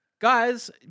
guys